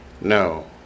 No